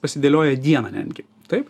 pasidėlioja dieną netgi taip